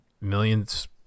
millions